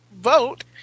vote